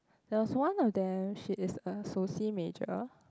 there was one of them she is a soci major